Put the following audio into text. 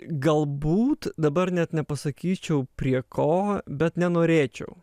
galbūt dabar net nepasakyčiau prie ko bet nenorėčiau